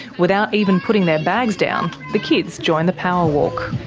without even putting their bags down, the kids join the powerwalk.